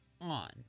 on